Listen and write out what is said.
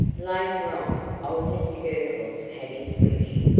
later on, old mr girtle had his wish,